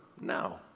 No